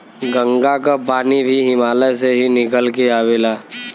गंगा क पानी भी हिमालय से ही निकल के आवेला